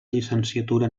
llicenciatura